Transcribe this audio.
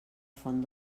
font